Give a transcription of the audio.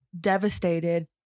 devastated